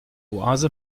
oase